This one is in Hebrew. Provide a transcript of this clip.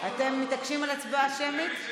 אתם מתעקשים על הצבעה שמית?